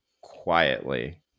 quietly